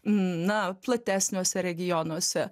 na platesniuose regionuose